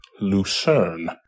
lucerne